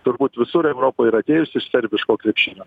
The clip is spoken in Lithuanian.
turbūt visur europoj ir atėjus iš serbiško krepšinio